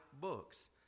books